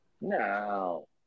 No